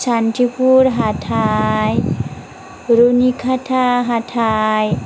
सान्टिपुर हाथाइ रुनिखाटा हाथाइ